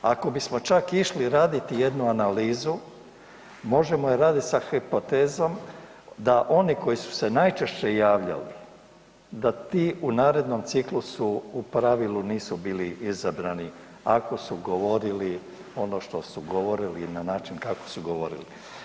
Ako bismo čak išli raditi jednu analizu možemo je radit sa hipotezom da oni koji su se najčešće javljali da ti u narednom ciklusu u pravilu nisu bili izabrani ako su govorili ono što su govorili i na način kako su govorili.